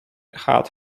had